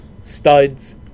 studs